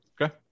Okay